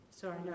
Sorry